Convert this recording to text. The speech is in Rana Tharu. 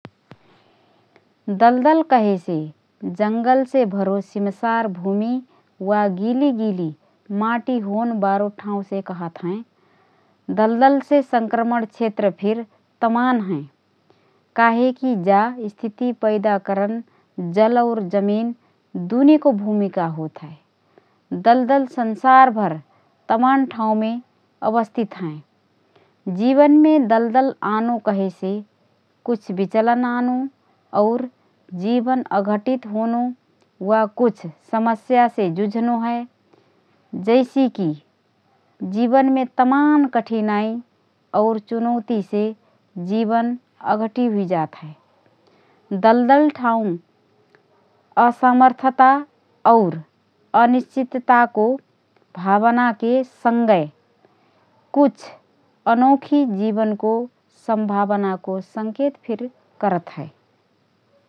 दलदल कहेसे जङ्गलसे भरो सिमसार भूमि वा गिलि गिलि माटी होनबारो ठावँसे कहत हएँ । दलदलसे संक्रमण क्षेत्र फिर मानत हएँ काहे कि जा स्थिति पैदा करन जल और जमिन दुनेको भूमिका होत हए । दलदल संसारभर तमान ठावँमे अवस्थित हएँ । जीवनमे दलदल आनो कहेसे कुछ बिचलन आनो और जीवन अघठी होंनो वा कुछ समस्यासे जुझनो हए । जैसे की जीवनमे तमान कठिनाइ और चुनौतीसे जीवन अघठी हुइजात हए । दलदल ठाउँ असमर्थता और अनिश्चितताको भावनाके सँगए कुछ अनोखी जीवनको संभावनाको संकेत फिर करत हए ।